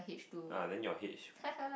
uh then your H